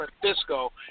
Francisco